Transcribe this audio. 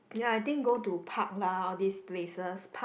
ya I think go to park lah all these places park